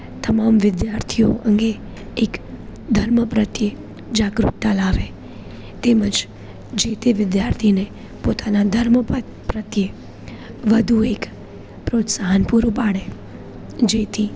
તમામ વિદ્યાર્થીઓ અંગે એક ધર્મ પ્રત્યે જાગૃતતા લાવે તેમજ જે તે વિદ્યાર્થીઓને પોતાના ધર્મ પ્રત્યે વધુ એક પ્રોત્સાહન પૂરું પાડે જેથી